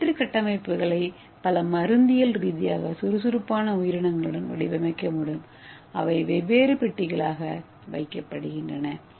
இந்த வெற்று கட்டமைப்புகளை பல மருந்தியல் ரீதியாக சுறுசுறுப்பான உயிரினங்களுடன் வடிவமைக்க முடியும் அவை வெவ்வேறு பெட்டிகளாக வைக்கப்படுகின்றன